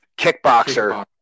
Kickboxer